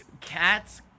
Cat's